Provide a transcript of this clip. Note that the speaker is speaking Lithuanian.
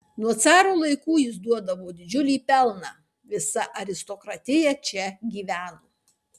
nuo caro laikų jis duodavo didžiulį pelną visa aristokratija čia gyveno